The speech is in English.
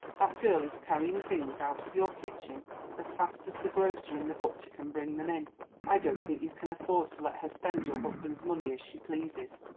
that girl is carrying things out of your kitchen as fast as the grocer and the butcher can bring them in i don't think you can afford to let her spend your husband's money as she pleases,